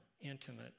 intimate